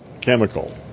chemical